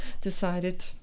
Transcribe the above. decided